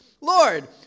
Lord